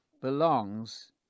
belongs